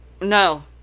No